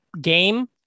game